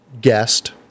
guest